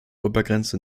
obergrenze